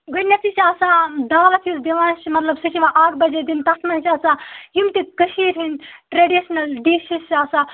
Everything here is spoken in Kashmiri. گۄڈٕنٮ۪تھٕے چھِ آسان دعوت یُس دِوان چھِ مطلب سُہ چھِ یِوان اَکھ بَجے دِنہٕ تَتھ منٛز چھِ آسان یِم تہِ کٔشیٖر ہٕنٛدۍ ٹریڑِشنَل ڈِشِز چھِ آسان